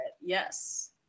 Yes